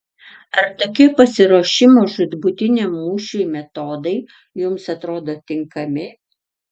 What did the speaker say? ar tokie pasiruošimo žūtbūtiniam mūšiui metodai jums atrodo tinkami